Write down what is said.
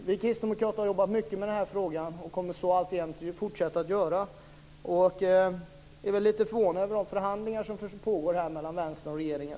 Vi kristdemokrater har jobbat mycket med den här frågan och kommer att fortsätta att göra det. Vi är lite förvånade över de förhandlingar som pågår mellan Vänstern och regeringen.